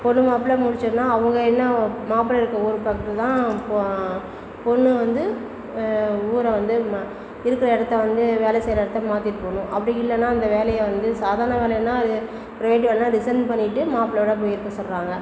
பொண்ணு மாப்பிள்ள முடிச்சதும் அவங்க என்ன மாப்பிள்ள இருக்க ஊர் பக்கத்தில் தான் பொ பொண்ணு வந்து ஊரை வந்து மா இருக்கிற இடத்த வந்து வேலை செய்கிற இடத்த மாத்திகிட்டு போகணும் அப்படி இல்லைன்னா அந்த வேலையை வந்து சாதாரண வேலைன்னா அது ப்ரைவேட் வேலைன்னா ரிஸைன் பண்ணிவிட்டு மாப்பிளையோட போய் இருக்க சொல்லுறாங்க